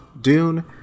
Dune